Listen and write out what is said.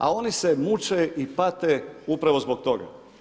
A oni se muče i pate upravo zbog toga.